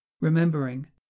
remembering